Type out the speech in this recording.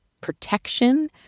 protection